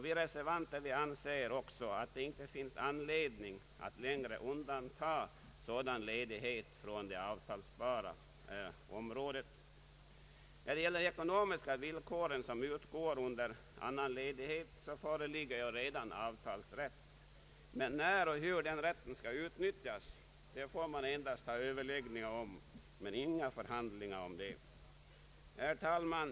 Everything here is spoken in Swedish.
Vi reservanter anser att det inte finns anledning att längre undanta sådan ledighet från det avtalsbara området. När det gäller de ekonomiska villkor som utgår under annan ledighet föreligger redan avtalsrätt. Men när och hur den rätten skall utnyttjas får man endast ha överläggningar om, inte förhandlingar. Herr talman!